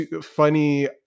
funny